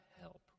help